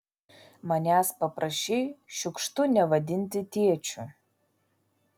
manęs paprašei šiukštu nevadinti tėčiu